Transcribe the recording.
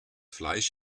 fleisch